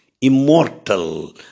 immortal